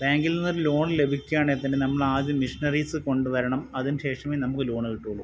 ബാങ്കിൽ നിന്നൊരു ലോൺ ലഭിക്കുവാണേൽ തന്നെ നമ്മളാദ്യം മെഷീനറിസ് കൊണ്ട് വരണം അതിന് ശേഷമേ നമുക്ക് ലോണ് കിട്ടുകയുള്ളു